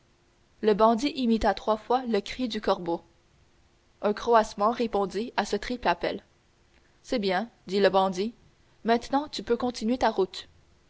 le bandit imita trois fois le cri du corbeau un croassement répondit à ce triple appel c'est bien dit le bandit maintenant tu peux continuer ta route